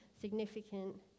significant